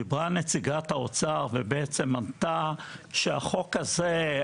דיברה נציגת האוצר ובעצם אמרה שהחוק הזה,